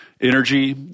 energy